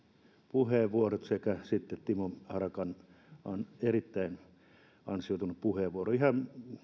puheenvuorot sekä timo harakan erittäin ansioitunut puheenvuoro kyllä säväyttivät ihan